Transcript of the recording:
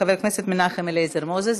חבר הכנסת מנחם אליעזר מוזס,